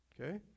Okay